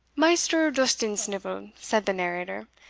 maister dustandsnivel, said the narrator,